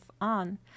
on